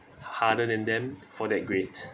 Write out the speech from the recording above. harder than them for that grade